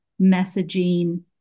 messaging